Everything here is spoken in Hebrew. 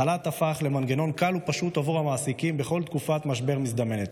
החל"ת הפך למנגנון קל ופשוט עבור המעסיקים בכל תקופת משבר מזדמנת,